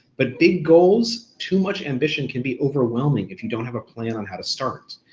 but big goals, too much ambition can be overwhelming if you don't have a plan on how to start